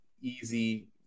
easy